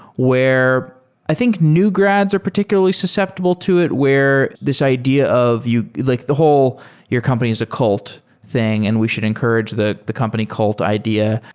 where i think new grads are particularly susceptible to it, where this idea of like the whole your company is a cult thing and we should encourage the the company cult idea.